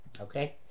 Okay